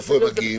איפה הם מגיעים?